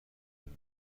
بینی